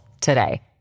today